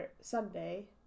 Sunday